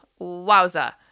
wowza